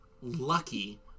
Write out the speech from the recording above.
lucky